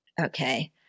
Okay